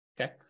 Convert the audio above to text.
okay